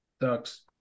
Ducks